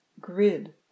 grid